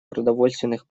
продовольственных